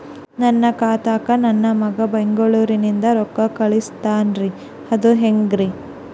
ನನ್ನ ಖಾತಾಕ್ಕ ನನ್ನ ಮಗಾ ಬೆಂಗಳೂರನಿಂದ ರೊಕ್ಕ ಕಳಸ್ತಾನ್ರಿ ಅದ ಹೆಂಗ್ರಿ?